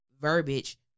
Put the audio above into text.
verbiage